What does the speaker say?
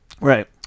right